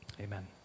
Amen